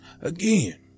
Again